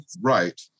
Right